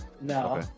no